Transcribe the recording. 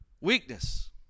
weakness